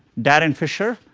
darren fischer,